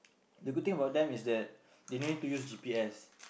the good thing about them is that they no need to use G_P_S